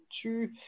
two